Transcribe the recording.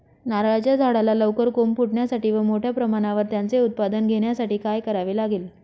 नारळाच्या झाडाला लवकर कोंब फुटण्यासाठी व मोठ्या प्रमाणावर त्याचे उत्पादन घेण्यासाठी काय करावे लागेल?